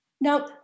Now